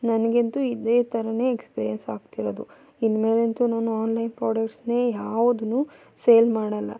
ನನಗಂಂತೂ ಇದೇ ಥರನೇ ಎಕ್ಸ್ಪೀರಿಯೆನ್ಸ್ ಆಗ್ತಿರೋದು ಇನ್ಮೇಲಂತೂ ನಾನು ಆನ್ಲೈನ್ ಪ್ರಾಡಕ್ಟ್ಸ್ನೇ ಯಾವ್ದನ್ನೂ ಸೇಲ್ ಮಾಡೋಲ್ಲ